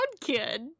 kid